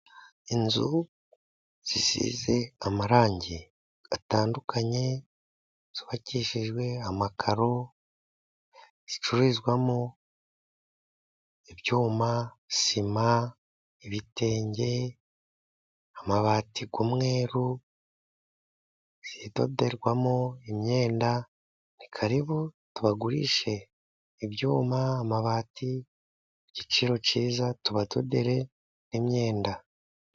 Inzu zisize amarangi atandukanye, zubakishijwe amakaro, zicururizwamo ibyuma, sima, ibitenge, amabati y'umweru, zidoderwamo imyenda ni karibu tubagurishe ibyuma, amabati, igiciro cyiza tuba tudodan'imyenda.